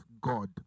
god